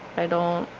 i don't